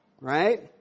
right